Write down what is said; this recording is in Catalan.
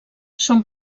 són